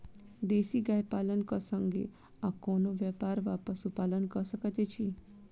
देसी गाय पालन केँ संगे आ कोनों व्यापार वा पशुपालन कऽ सकैत छी?